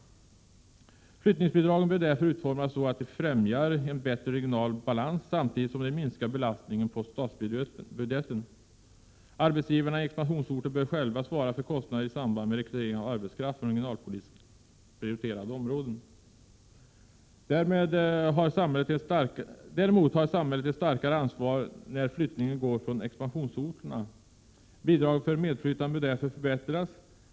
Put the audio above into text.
Flyttningsbidragen bör därför utformas så, att de främjar en bättre regional balans, samtidigt som de minskar belastningen på statsbudgeten. Arbetsgivarna i expansionsorter bör själva svara för kostnaderna i samband med rekrytering av arbetskraft från regionalpolitiskt prioriterade områden. Däremot har samhället ett starkare ansvar när flyttningen går från expansionsorterna. Bidraget för medflyttande bör därför förbättras.